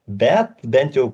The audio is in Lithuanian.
bet bent jau